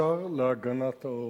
השר להגנת העורף.